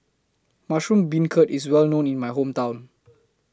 Mushroom Beancurd IS Well known in My Hometown